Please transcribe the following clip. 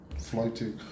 floating